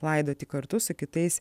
laidoti kartu su kitais